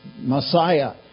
Messiah